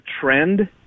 trend